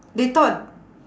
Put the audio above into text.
they thought